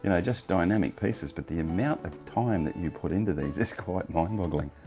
and just dynamic pieces but the amount of time that you put into these is quite mind boggling.